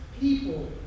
people